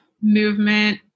movement